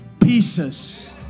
pieces